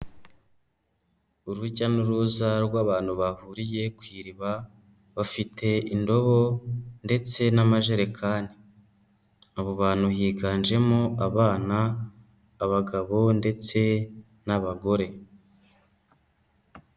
Urujya n'uruza rw'abantu bahuriye ku iriba bafite indobo ndetse n'amajerekani, abo bantu higanjemo abana abagabo ndetse n'abagore.